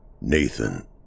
Nathan